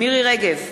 מירי רגב,